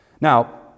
Now